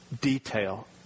detail